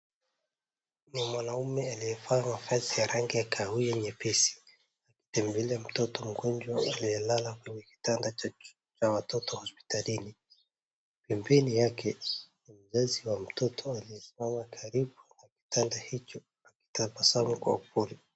Ni mwanaume aliyevaa mavazi ya rangi ya kahawia nyepesi akitembela mtoto mgonjwa aliyelala kwenye kitanda cha juu cha watoto hospitalini. Pembeni yake ni mzazi wa mtoto aliyesimama karibu na kitanda hicho akitabasamu kwa upole.